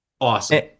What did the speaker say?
Awesome